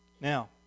Now